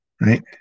Right